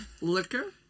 liquor